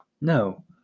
No